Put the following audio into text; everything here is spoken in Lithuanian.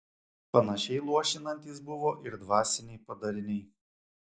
panašiai luošinantys buvo ir dvasiniai padariniai